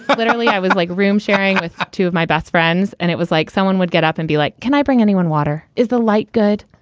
but literally, i was like room sharing with two of my best friends and it was like someone would get up and be like. can i bring anyone water? is the light good?